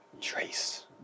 Trace